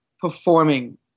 performing